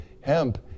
hemp